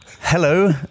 Hello